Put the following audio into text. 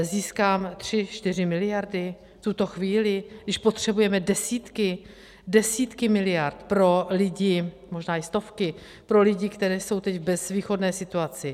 Získám tři čtyři miliardy v tuto chvíli, když potřebujeme desítky, desítky miliard pro lidi, možná i stovky, pro lidi, které jsou teď v bezvýchodné situaci.